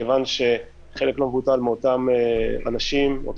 מכיוון שחלק לא מבוטל מאותם פועלים,